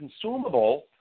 consumable